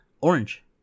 Orange